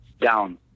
down